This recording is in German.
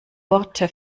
worte